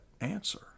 answer